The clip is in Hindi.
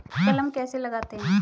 कलम कैसे लगाते हैं?